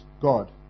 God